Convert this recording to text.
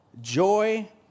joy